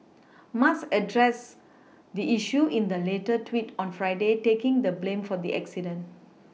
Musk addressed the issue in the later tweet on Friday taking the blame for the accident